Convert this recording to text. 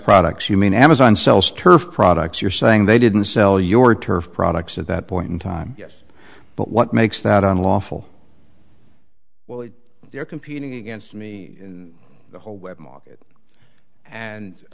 products you mean amazon sells turfed products you're saying they didn't sell your turf products at that point in time yes but what makes that unlawful well they're competing against me and the whole web market and